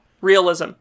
realism